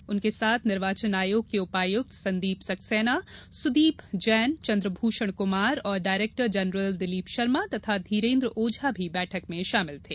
श्री रावत के साथ निर्वाचन आयोग के उपायुक्त संदीप सक्सेना सुदीप जैन चंद्रभूषण कृमार और डायरेक्टर जनरल दिलीप शर्मा तथा धीरेन्द्र ओझा भी बैठक में शामिल थे